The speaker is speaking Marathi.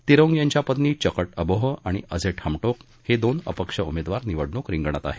तिरोंग यांच्या पत्नी चकट अबोह आणि अझेट हमटोक हे दोन अपक्ष उमेदवार निवडणूक रिंगणात आहेत